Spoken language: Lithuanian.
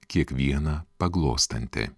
kiekvieną paglostanti